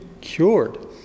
cured